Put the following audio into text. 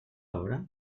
hora